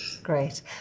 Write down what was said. Great